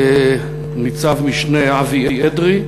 ניצב-משנה אבי אדרי,